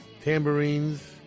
tambourines